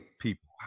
people